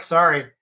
Sorry